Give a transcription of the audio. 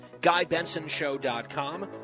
GuyBensonShow.com